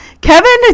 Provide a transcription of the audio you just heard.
Kevin